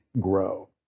grow